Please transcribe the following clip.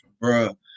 bro